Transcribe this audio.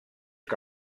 que